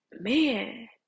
Man